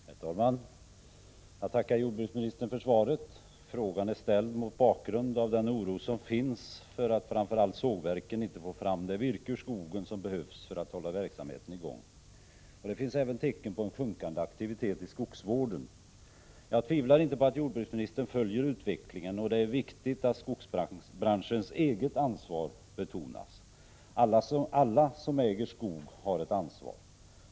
Herr talman! Jag tackar jordbruksministern för svaret. Frågan är ställd mot bakgrund av den oro som finns för att framför allt sågverken inte får fram det virke ur skogen som behövs för att hålla verksamheten i gång. Det finns även tecken på en minskande aktivitet inom skogsvården. Jag tvivlar inte på att jordbruksministern följer utvecklingen, och det är viktigt att skogsbranschens eget ansvar betonas. Alla som äger skog har ett ansvar.